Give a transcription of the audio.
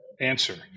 answer